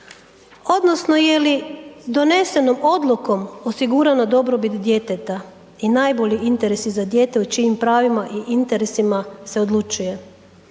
odnosno jeli donesenom odlukom osigurana dobrobit djeteta i najbolji interesi za dijete o čijim pravima i interesima se odlučuje.